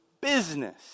business